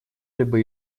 либо